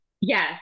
Yes